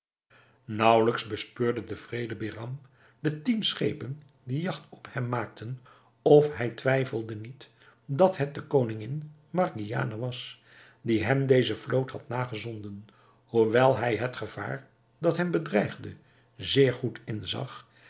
bespeurde de wreede behram de tien schepen die jagt op hem maakten of hij twijfelde niet dat het de koningin margiane was die hem deze vloot had nagezonden hoewel hij het gevaar dat hem bedreigde zeer goed inzag